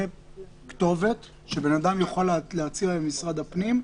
כתובת שבן אדם יוכל להצהיר במשרד הפנים,